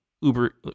uber